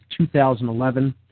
2011